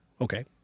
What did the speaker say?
Okay